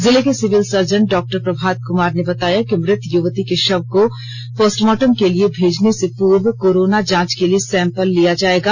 जिले के civil surgeon डॉ प्रभात कमार ने आज बताया कि मृत युवती के शव को पोस्टमॉर्टम के लिए भेजने से पूर्व कोरोना जांच के लिए सैंपल लिया जायेगा